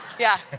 yeah.